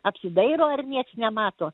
apsidairo ar nieks nemato